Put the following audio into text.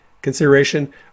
consideration